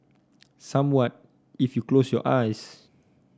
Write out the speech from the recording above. somewhat if you close your eyes